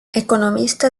economista